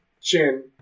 Chin